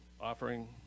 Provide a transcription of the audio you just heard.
offering